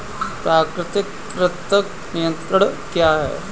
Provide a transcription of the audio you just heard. प्राकृतिक कृंतक नियंत्रण क्या है?